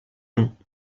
noms